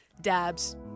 Dabs